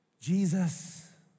Jesus